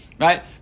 Right